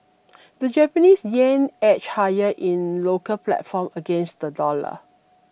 the Japanese yen edged higher in local platform against the dollar